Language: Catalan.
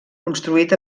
construït